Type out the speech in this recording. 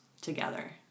together